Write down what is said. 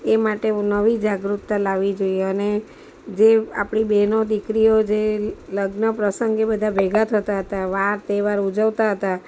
એ માટે બહુ નવી જાગૃતતા લાવવી જોઈએ અને જે આપણી બહેનો દીકરીઓ જે લગ્ન પ્રસંગે બધાં ભેગાં થતાં હતાં વાર તહેવાર ઉજવતાં હતાં